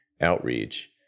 outreach